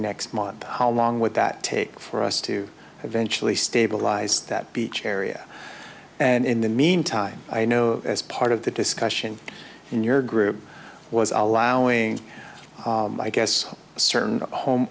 next month how long would that take for us to eventually stabilize that beach area and in the meantime i know as part of the discussion in your group was allowing i guess a certain home